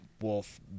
Wolf